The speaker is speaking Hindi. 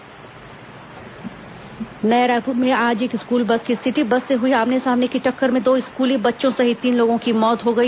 दुर्घटना नया रायपुर में आज एक स्कूल बस की सिटी बस से हुई आमने सामने की टक्कर में दो स्कूली बच्चों सहित तीन लोगों की मौत हो गई